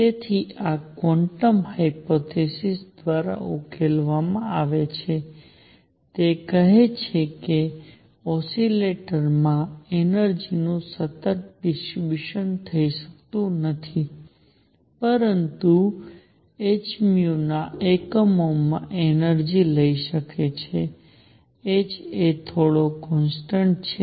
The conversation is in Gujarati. તેથી આ ક્વોન્ટમ હાયપોથીસિસ દ્વારા ઉકેલવામાં આવે છે તે કહે છે કે ઓસિલેટર માં એનર્જિ નું સતત ડિસ્ટ્રિબ્યુસન થઈ શકતું નથી પરંતુ h ના એકમોમાં એનર્જિ લઈ શકે છે h એ થોડો કોન્સટન્ટ છે